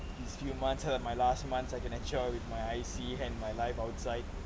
these few months are my last month I can enjoy with my I_C and my life outside